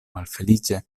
malfeliĉe